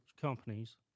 companies